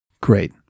Great